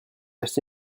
acheté